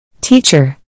Teacher